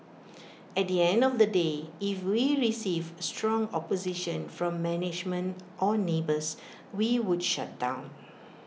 at the end of the day if we received strong opposition from management or neighbours we would shut down